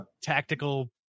tactical